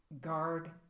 Guard